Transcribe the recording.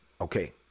Okay